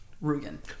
Rugen